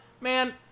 Man